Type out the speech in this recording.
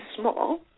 small